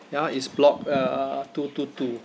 ya is block uh two two two